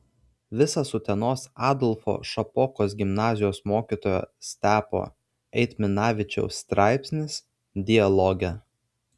visas utenos adolfo šapokos gimnazijos mokytojo stepo eitminavičiaus straipsnis dialoge